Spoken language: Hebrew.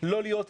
לא להיות כאן.